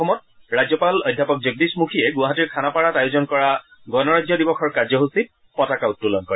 অসমত ৰাজ্যপাল অধ্যাপক জগদীশ মুখীয়ে গুৱাহাটীৰ খানাপাৰত আয়োজন কৰা গণৰাজ্য দিৱসৰ কাৰ্যসূচীত পতাকা উত্তোলন কৰে